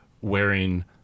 wearing